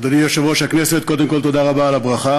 אדוני היושב-ראש, קודם כול תודה על הברכה,